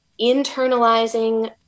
internalizing